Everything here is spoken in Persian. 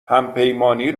همپیمانی